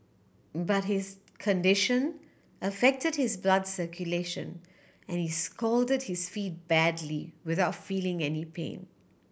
but his condition affected his blood circulation and he scalded his feet badly without feeling any pain